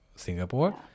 Singapore